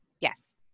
yes